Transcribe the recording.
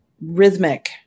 rhythmic